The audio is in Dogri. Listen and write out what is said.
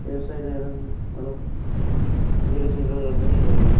हेयर स्टाईल मतलब एह् जेह्ड़े सिंगर करदे नी जेह्कड़े